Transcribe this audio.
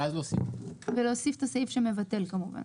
ולהוסיף את הסעיף שמבטל.